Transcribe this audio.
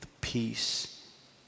peace